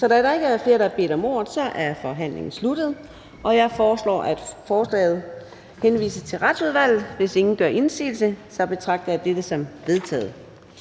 Da der ikke er flere, der har bedt om ordet, er forhandlingen sluttet. Jeg foreslår, at lovforslaget henvises til Retsudvalget. Hvis ingen gør indsigelse, betragter jeg dette som vedtaget.